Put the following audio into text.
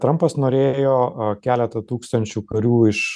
trampas norėjo keletą tūkstančių karių iš